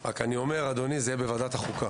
אני רק אומר, אדוני, שזה יהיה בוועדת חוקה.